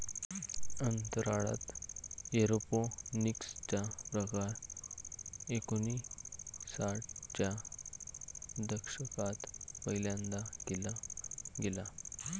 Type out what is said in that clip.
अंतराळात एरोपोनिक्स चा प्रकार एकोणिसाठ च्या दशकात पहिल्यांदा केला गेला